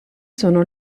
sono